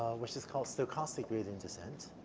which is called stochastic gradient descent.